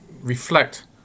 reflect